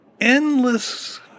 endless